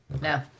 No